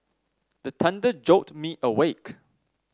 the thunder jolt me awake